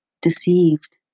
deceived